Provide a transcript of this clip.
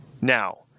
Now